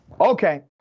Okay